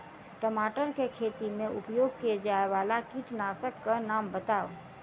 टमाटर केँ खेती मे उपयोग की जायवला कीटनासक कऽ नाम बताऊ?